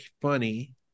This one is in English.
funny